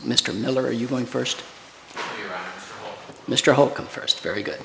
mr miller are you going first mr holcombe first very good